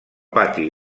pati